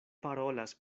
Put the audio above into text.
parolas